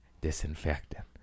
Disinfectant